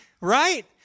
right